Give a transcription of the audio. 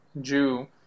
Jew